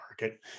market